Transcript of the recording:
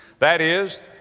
that is,